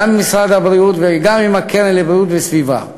גם עם משרד הבריאות וגם עם הקרן לבריאות וסביבה.